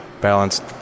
balanced